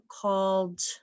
called